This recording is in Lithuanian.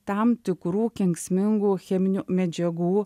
tam tikrų kenksmingų cheminių medžiagų